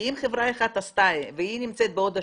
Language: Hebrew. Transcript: כי אם חברה אחת עשתה והיא נמצאת בהוד השרון,